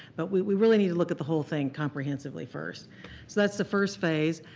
but we we really need to look at the whole thing comprehensively first. so that's the first phase.